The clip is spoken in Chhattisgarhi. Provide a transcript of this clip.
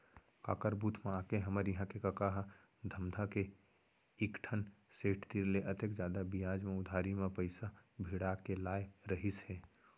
काकर बुध म आके हमर इहां के कका ह धमधा के एकझन सेठ तीर ले अतेक जादा बियाज म उधारी म पइसा भिड़ा के लाय रहिस हे